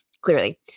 clearly